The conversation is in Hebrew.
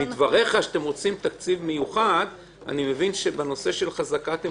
מדבריך שאתם רוצים תקציב מיוחד אני מבין שבנושא של חזקה אתם